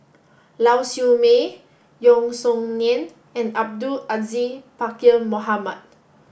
Lau Siew Mei Yeo Song Nian and Abdul Aziz Pakkeer Mohamed